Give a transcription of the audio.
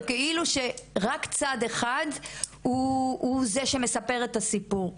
וכאילו שרק צד אחד הוא זה שמספר את הסיפור.